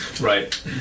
Right